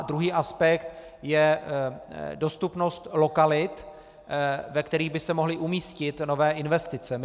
Druhý aspekt je dostupnost lokalit, ve kterých by se mohly umístit nové investice.